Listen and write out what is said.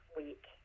week